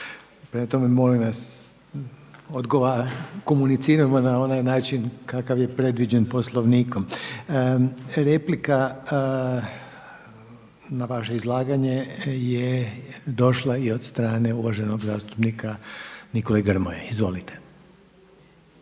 Prema tome molim vas, komuniciramo na onaj način kakav je predviđen Poslovnikom. Replika na vaše izlaganje je došla i od strane uvaženog zastupnika Nikole Grmoje. Izvolite.